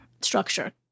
structure